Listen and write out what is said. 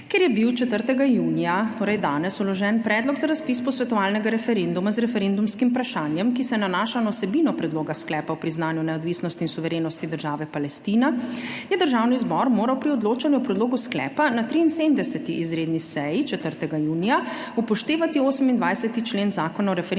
Ker je bil 4. junija, torej danes, vložen Predlog za razpis posvetovalnega referenduma z referendumskim vprašanjem, ki se nanaša na vsebino predloga sklepa o priznanju neodvisnosti in suverenosti države Palestine, je Državni zbor moral pri odločanju o predlogu sklepa na 73. izredni seji 4. junija, upoštevati 28. člen Zakona